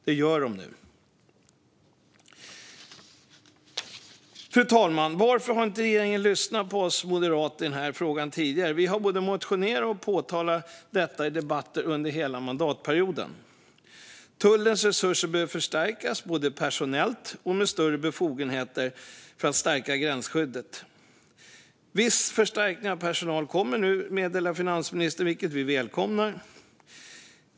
Det gör de nu. Fru talman! Varför har inte regeringen lyssnat på oss moderater i den här frågan tidigare? Vi har både motionerat om och påtalat detta i debatter under hela mandatperioden. Tullens resurser behöver förstärkas både personellt och med större befogenheter för att gränsskyddet ska stärkas. Viss förstärkning av personal kommer nu, meddelar finansministern, vilket vi välkomnar.